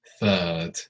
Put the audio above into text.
third